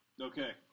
Okay